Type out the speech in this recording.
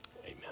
amen